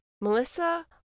Melissa